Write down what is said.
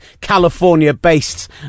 California-based